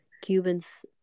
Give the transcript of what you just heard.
Cubans